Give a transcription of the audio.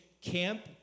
camp